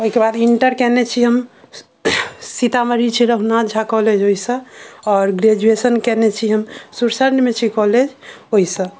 एहिके बाद इन्टर कयने छी हम सीतामढ़ी छै रघुनाथ झा कॉलेज ओहि सऽ आओर ग्रेजुएशन कयने छी हम सुरसन्ड मे छै कॉलेज ओहि सऽ